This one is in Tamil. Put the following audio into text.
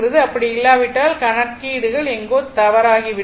அப்படி இல்லாவிட்டால் கணக்கீடுகள் எங்கோ தவறாகிவிட்டது